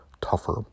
tougher